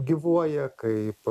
gyvuoja kaip